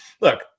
Look